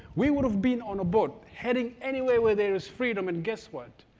we would have been on a boat heading anywhere where there is freedom, and guess what?